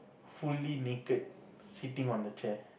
fully naked sitting on the chair